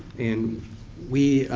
and we,